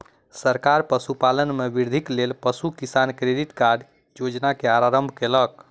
सरकार पशुपालन में वृद्धिक लेल पशु किसान क्रेडिट कार्ड योजना के आरम्भ कयलक